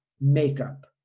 makeup